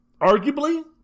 arguably